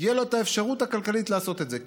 תהיה האפשרות הכלכלית לעשות את זה.